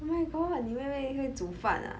oh my god 你妹妹会煮饭 ah